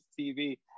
TV